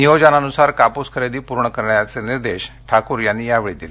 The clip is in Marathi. नियोजनानुसार कापूस खरेदी पूर्ण करण्याचे निर्देश ठाकूर यांनी यावेळी दिले